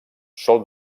sol